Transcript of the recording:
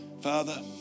Father